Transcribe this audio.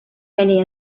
many